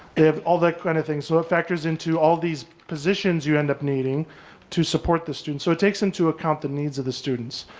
if all that kind of thing. so it factors into all these positions you end up needing to support the students. so it takes into account the needs of the students.